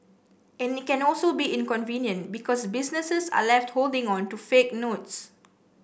and it can also be inconvenient because businesses are left holding on to fake notes